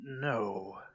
no